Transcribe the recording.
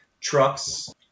trucks